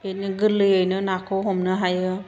बिदिनो गोरलैयैनो नाखौ हमनो हायो